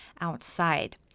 outside